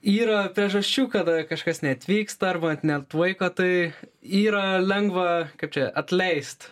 yra priežasčių kada kažkas neatvyksta arba ne ant laiko tai yra lengva kaip čia atleist